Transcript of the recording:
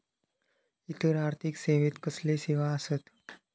इतर आर्थिक सेवेत कसले सेवा आसत?